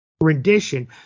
rendition